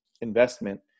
investment